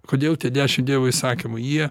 kodėl tie dešim dievo įsakymų jie